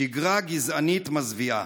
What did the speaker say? שגרה גזענית מזוויעה.